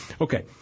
Okay